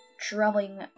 traveling